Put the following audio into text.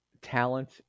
Talent